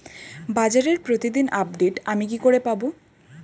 বাজারের প্রতিদিন আপডেট আমি কি করে পাবো?